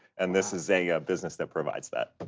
and this is a ah business that provides that.